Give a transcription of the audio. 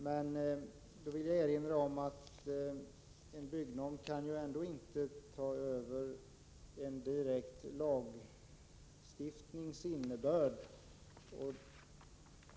Jag vill då erinra om att en byggnorm ändå inte kan ta över en direkt lagstiftnings innebörd.